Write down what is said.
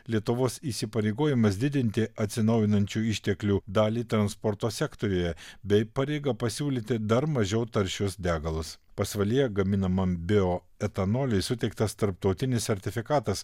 lietuvos įsipareigojimas didinti atsinaujinančių išteklių dalį transporto sektoriuje bei pareiga pasiūlyti dar mažiau taršius degalus pasvalyje gaminamam bioetanoliui suteiktas tarptautinis sertifikatas